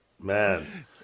Man